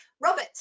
Robert